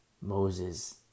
Moses